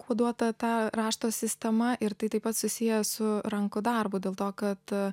koduota ta rašto sistema ir tai taip pat susiję su rankų darbu dėl to kad